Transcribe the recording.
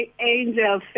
Angel